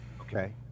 Okay